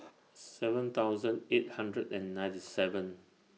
seven thousand eight hundred and ninety seventh